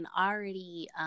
already